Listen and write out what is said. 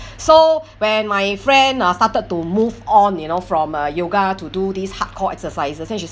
so when my friend uh started to move on you know from uh yoga to do these hardcore exercises then she said